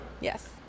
Yes